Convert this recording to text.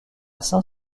saint